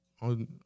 on